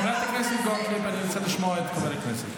חברת הכנסת גוטליב, אני רוצה לשמוע את חבר הכנסת.